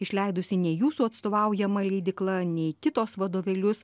išleidusi nei jūsų atstovaujama leidykla nei kitos vadovėlius